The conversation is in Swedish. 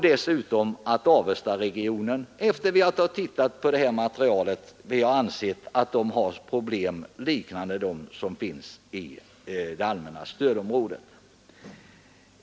Utskottet har också, efter att ha tittat på det här materialet, ansett att Avestaregionen har problem liknande dem som det allmänna stödområdet har.